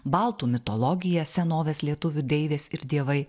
baltų mitologija senovės lietuvių deivės ir dievai